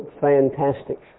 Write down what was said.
fantastic